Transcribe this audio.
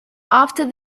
after